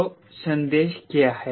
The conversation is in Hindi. तो संदेश क्या है